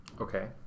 Okay